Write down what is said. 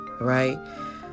Right